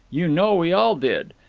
you know we all did.